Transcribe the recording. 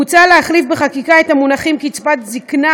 מוצע להחליף בחקיקה את המונחים "קצבת זיקנה"